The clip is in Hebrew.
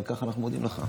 על כך אנחנו מודים לך.